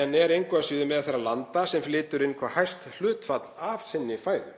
en er engu að síður meðal þeirra landa sem flytja inn hvað hæst hlutfall af sinni fæðu.